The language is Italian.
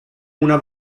una